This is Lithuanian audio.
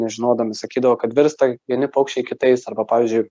nežinodami sakydavo kad virsta vieni paukščiai kitais arba pavyzdžiui